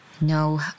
No